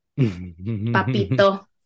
Papito